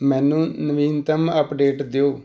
ਮੈਨੂੰ ਨਵੀਨਤਮ ਅੱਪਡੇਟ ਦਿਓ